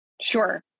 Sure